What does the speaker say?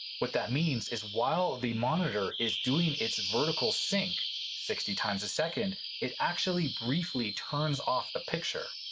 what that means is while the monitor is doing its vertical sync sixty times a second it actually briefly turns off the picture.